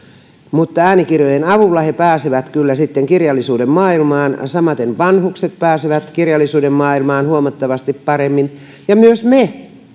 mutta äänikirjojen avulla he pääsevät kyllä sitten kirjallisuuden maailmaan samaten vanhukset pääsevät kirjallisuuden maailmaan huomattavasti paremmin ja myös me